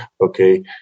okay